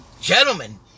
Gentlemen